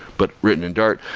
but written in dart.